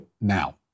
now